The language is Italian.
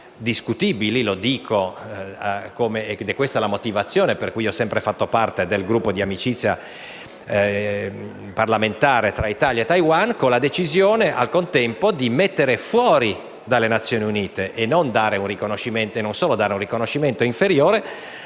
discutibile, ed è questa la motivazione per cui ho sempre fatto parte del gruppo di amicizia parlamentare fra Italia e Taiwan: quella di mettere al contempo fuori dalle Nazioni Unite (e non solo di darle un riconoscimento inferiore)